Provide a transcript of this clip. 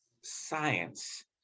science